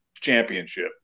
championship